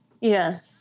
Yes